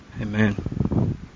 Amen